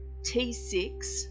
T6